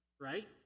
right